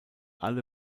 alle